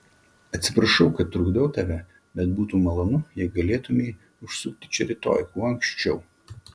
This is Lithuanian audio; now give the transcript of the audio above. atsiprašau kad trukdau tave bet būtų malonu jei galėtumei užsukti čia rytoj kuo anksčiau